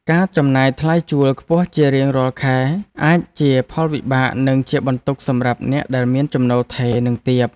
ការចំណាយថ្លៃជួលខ្ពស់ជារៀងរាល់ខែអាចជាផលវិបាកនិងជាបន្ទុកសម្រាប់អ្នកដែលមានចំណូលថេរនិងទាប។